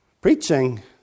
Preaching